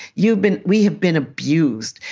you've been we have been abused.